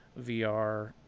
VR